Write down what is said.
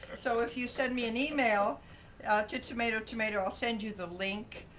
so if you send me an email to tomatotomato, i'll send you the link.